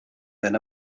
than